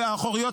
האחוריות,